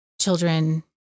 children